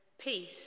Peace